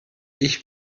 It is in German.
ich